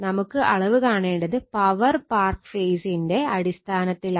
നമുക്ക് അളവ് കാണേണ്ടത് പവർ പാർക്ക് ഫേസിന്റെ അടിസ്ഥാനത്തിലാണ്